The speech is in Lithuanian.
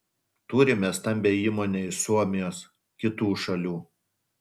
turime stambią įmonę iš suomijos kitų šalių